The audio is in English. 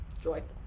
joyful